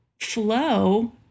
flow